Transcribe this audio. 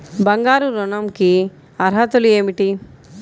బంగారు ఋణం కి అర్హతలు ఏమిటీ?